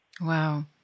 Wow